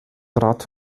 trat